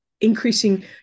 Increasing